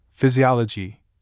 Physiology